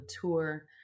tour